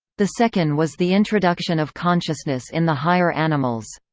the second was the introduction of consciousness in the higher animals.